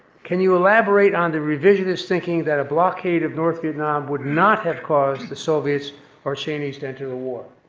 can you elaborate on the revisionist thinking that a blockade of north vietnam would not have caused the soviets or chinese to enter the war?